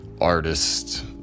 artist